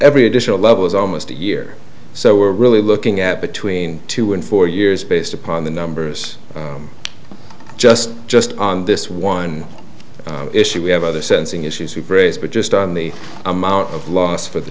every additional level is almost a year so we're really looking at between two and four years based upon the numbers just just on this one issue we have other sensing issues we've raised but just on the amount of loss for the